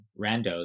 randos